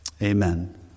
Amen